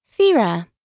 Fira